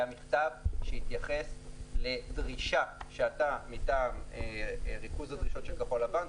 מכתב שהתייחס לדרישה שעלתה מטעם ריכוז הדרישות של כחול לבן,